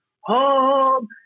home